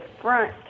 front